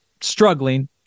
struggling